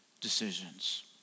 decisions